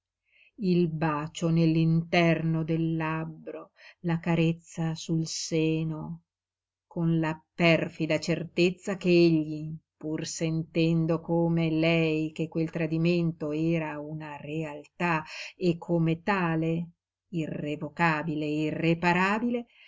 il bacio nell'interno del labbro la carezza sul seno con la perfida certezza ch'egli pur sentendo come lei che quel tradimento era una realtà e come tale irrevocabile e irreparabile